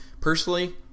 personally